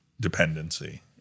dependency